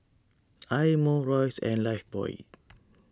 Eye Mo Royce and Lifebuoy